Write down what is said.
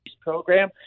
program